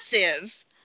massive